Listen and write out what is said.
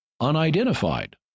unidentified